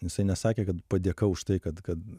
jisai nesakė kad padėka už tai kad kad